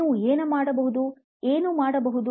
ನೀವು ಏನು ಮಾಡಬಹುದು